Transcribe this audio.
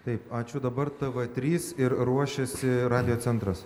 taip ačiū dabar tv trys ir ruošiasi radiocentras